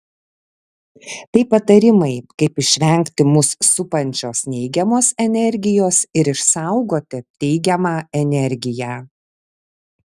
tai patarimai kaip išvengti mus supančios neigiamos energijos ir išsaugoti teigiamą energiją